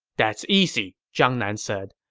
that's easy, zhang nan said.